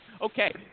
Okay